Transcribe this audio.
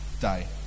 day